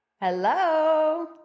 hello